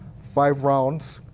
five rounds.